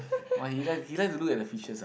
[wah] he like he like to look at the fishes ah